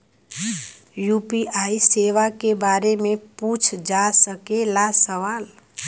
UPI सेवा के बारे में पूछ जा सकेला सवाल?